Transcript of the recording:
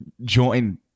join